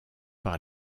par